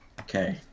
Okay